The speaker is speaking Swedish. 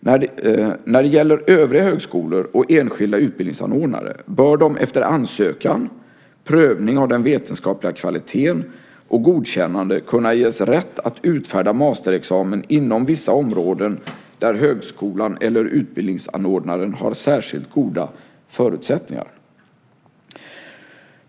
När det gäller övriga högskolor och enskilda utbildningsanordnare bör de efter ansökan, prövning av den vetenskapliga kvaliteten och godkännande kunna ges rätt att utfärda masterexamen inom vissa områden där högskolan eller utbildningsanordnaren har särskilt goda förutsättningar.